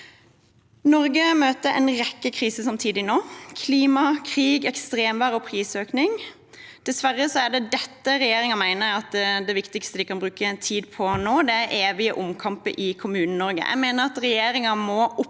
Norge møter nå en rekke kriser samtidig: klima, krig, ekstremvær og prisøkning. Dessverre er det dette regjeringen mener er det viktigste de kan bruke tid på nå. Det er evige omkamper i Kommune-Norge. Jeg mener at regjeringen må